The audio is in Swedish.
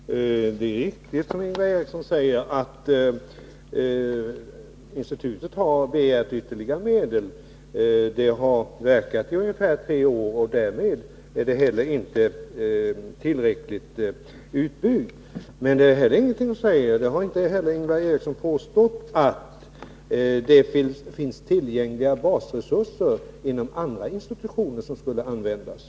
Fru talman! Det är riktigt som Ingvar Eriksson säger, att institutet har begärt ytterligare medel. Det har verkat i ungefär tre år, och det är inte tillräckligt utbyggt. Det är ingenting som säger — och det har inte heller Ingvar Eriksson påstått — att det inom andra institutioner finns tillräckliga basresurser som skulle kunna användas.